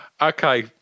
Okay